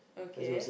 okay